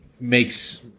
makes –